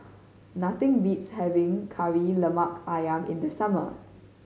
nothing beats having Kari Lemak Ayam in the summer